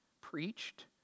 preached